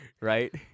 right